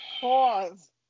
Pause